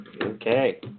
Okay